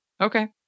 Okay